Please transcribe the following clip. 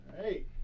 Hey